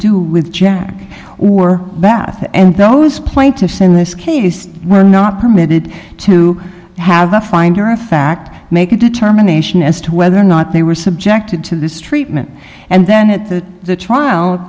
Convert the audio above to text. do with jack or bath and those plaintiffs in this case were not permitted to have the finder of fact make a determination as to whether or not they were subjected to this treatment and then at the t